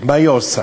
מה היא עושה?